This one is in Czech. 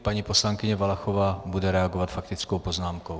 Paní poslankyně Valachová bude reagovat s faktickou poznámkou.